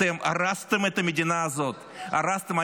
אתם הרסתם את המדינה הזאת, הרסתם.